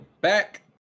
back